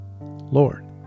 Lord